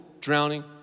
drowning